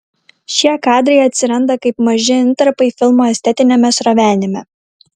šie kadrai atsiranda kaip maži intarpai filmo estetiniame srovenime